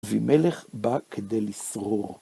אבימלך בא כדי לסרור.